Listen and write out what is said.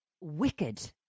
wicked